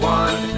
one